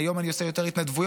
היום אני עושה יותר התנדבויות,